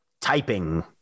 typing